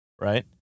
Right